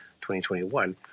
2021